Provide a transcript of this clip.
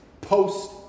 Post